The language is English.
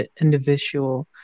individual